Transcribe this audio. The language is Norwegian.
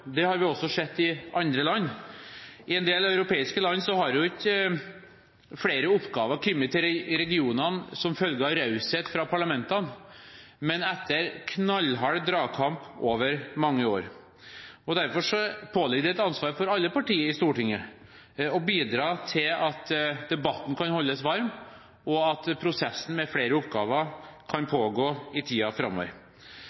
Det har vi også sett i andre land. I en del europeiske land har ikke flere oppgaver kommet til regionene som følge av raushet fra parlamentene, men etter knallhard dragkamp over mange år. Derfor påligger det et ansvar for alle partier i Stortinget for å bidra til at debatten kan holdes varm, og at prosessen med flere oppgaver kan